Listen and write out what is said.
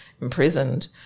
Imprisoned